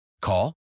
Call